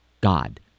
God